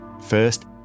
First